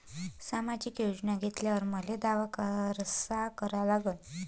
सामाजिक योजना घेतल्यावर मले दावा कसा करा लागन?